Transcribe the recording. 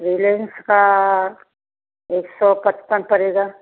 रिलायन्स का एक सौ पचपन पड़ेगा